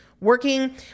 working